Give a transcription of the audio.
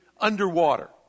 underwater